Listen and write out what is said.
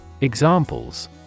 Examples